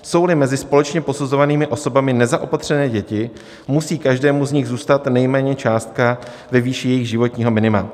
Jsouli mezi společně posuzovanými osobami nezaopatřené děti, musí každému z nich zůstat nejméně částka ve výši jejich životního minima.